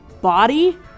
body